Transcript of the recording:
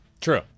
true